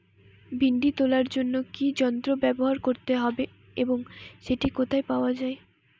ভিন্ডি তোলার জন্য কি যন্ত্র ব্যবহার করতে হবে এবং সেটি কোথায় পাওয়া যায়?